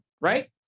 Right